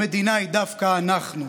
המדינה היא דווקא אנחנו,